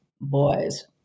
boys